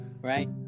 right